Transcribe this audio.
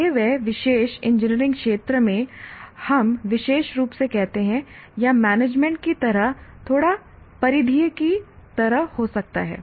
चाहे वह विशेष इंजीनियरिंग क्षेत्र में हम विशेष रूप से कहते हैं या मैनेजमेंट की तरह थोड़ा परिधीय की तरह हो सकता है